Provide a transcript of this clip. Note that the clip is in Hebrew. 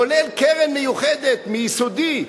כולל קרן מיוחדת מייסודי,